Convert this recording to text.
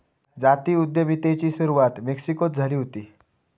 जाती उद्यमितेची सुरवात मेक्सिकोत झाली हुती